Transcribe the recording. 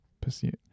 pursuit